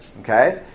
Okay